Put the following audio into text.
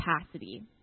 capacity